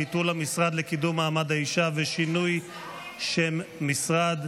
ביטול המשרד לקידום מעמד האישה ושינוי שם משרד.